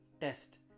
test